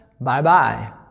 Bye-bye